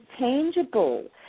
tangible